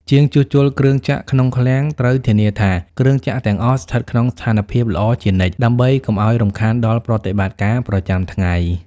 ជាងជួសជុលគ្រឿងចក្រក្នុងឃ្លាំង ត្រូវធានាថាគ្រឿងចក្រទាំងអស់ស្ថិតក្នុងស្ថានភាពល្អជានិច្ច ដើម្បីកុំឱ្យរំខានដល់ប្រតិបត្តិការប្រចាំថ្ងៃ។